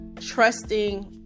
trusting